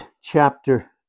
chapter